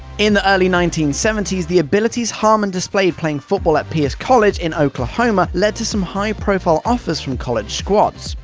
in the early nineteen seventy s, the abilities harmon displayed playing football at pierce college in oklahoma led to some high-profile offers from college squads.